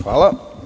Hvala.